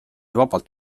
vabalt